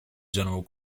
general